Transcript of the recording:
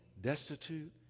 destitute